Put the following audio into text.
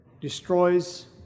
destroys